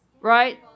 Right